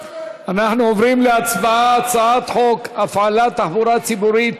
אנחנו עוברים להצבעה על הצעת חוק הפעלת תחבורה ציבורית